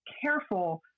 careful